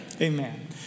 Amen